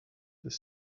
this